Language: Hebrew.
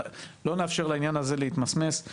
לא נאפשר לעניין הזה להתמסמס,